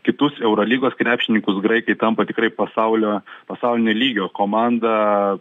kitus eurolygos krepšininkus graikai tampa tikrai pasaulio pasaulinio lygio komanda